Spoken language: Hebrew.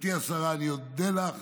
גברתי השרה, אני אודה לך